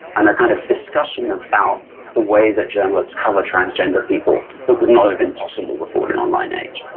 and a kind of discussion about the way that journalists covers kind of transgender people that would not have been possible before the online age.